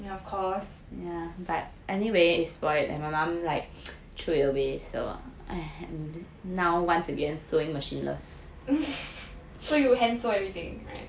yeah of course so you hand sew everything right